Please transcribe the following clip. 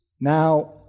Now